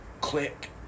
click